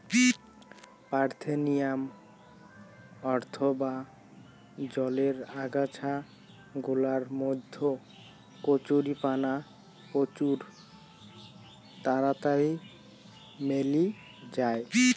parthenium অথবা জলের আগাছা গুলার মধ্যে কচুরিপানা প্রচুর তাড়াতাড়ি মেলি জায়